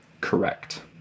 Correct